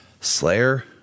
Slayer